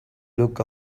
look